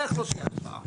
איך לא תהיה השפעה?